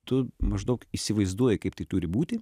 tu maždaug įsivaizduoji kaip tai turi būti